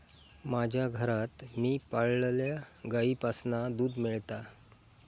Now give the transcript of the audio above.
माज्या घरात मी पाळलल्या गाईंपासना दूध मेळता